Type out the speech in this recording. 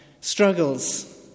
struggles